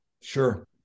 Sure